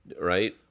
right